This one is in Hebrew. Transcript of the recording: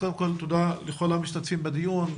קודם כל תודה לכל המשתתפים בדיון,